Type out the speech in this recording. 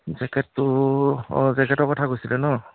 জেকেটটো অঁ জেকেটৰ কথা কৈছিলে ন